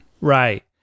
Right